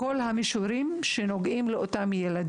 כמו גם את הנושאים של מיצוי זכויות,